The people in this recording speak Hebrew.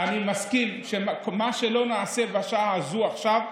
אני מסכים שמה שלא נעשה בשעה הזאת, עכשיו,